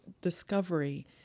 discovery